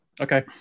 Okay